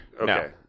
Okay